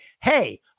hey